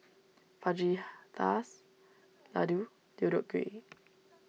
Fajitas Ladoo Deodeok Gui